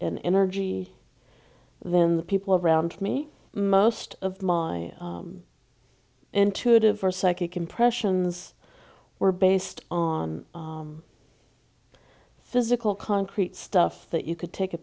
and energy then the people around me most of my intuitive or psychic impressions were based on physical concrete stuff that you could take a